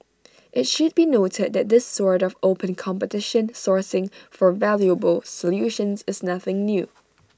IT should be noted that this sort of open competition sourcing for valuable solutions is nothing new